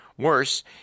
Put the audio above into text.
Worse